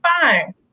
fine